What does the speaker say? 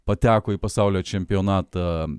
pateko į pasaulio čempionatą